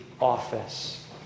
office